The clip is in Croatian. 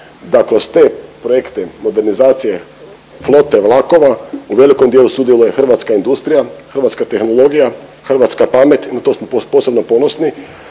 da kroz te projekte modernizacije flote vlakova u velikom dijelu sudjeluje hrvatska industrija, hrvatska tehnologija, hrvatska pamet, na to smo posebno ponosni,